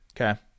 Okay